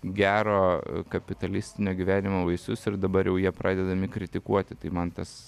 gero kapitalistinio gyvenimo vaisius ir dabar jau jie pradedami kritikuoti tai man tas